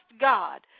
God